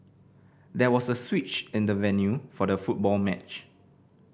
there was a switch in the venue for the football match